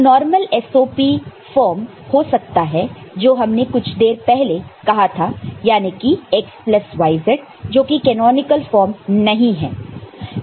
एक normal SOP form हो सकता है जो हमने कुछ देर पहले कहा था याने की x प्लस yz जोकि कैनॉनिकल फॉर्म नहीं है